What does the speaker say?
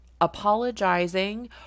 apologizing